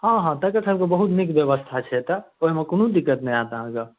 हँ हँ तकर सबके बहुत नीक ब्यवस्था छै अत्तऽ ओहिमे कोनो दिक्कत नहि होयत अहाँके